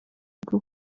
bwo